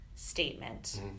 Statement